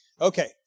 Okay